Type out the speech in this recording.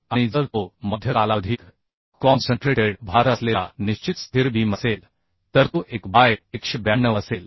आणि जर तो मध्य कालावधीत कॉन्सन्ट्रेटेड भार असलेला निश्चित स्थिर बीम असेल तर तो 1 बाय 192 असेल